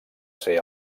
ser